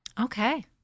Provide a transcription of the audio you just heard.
Okay